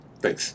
thanks